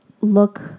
look